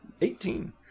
eighteen